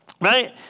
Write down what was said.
right